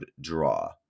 draw